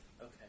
Okay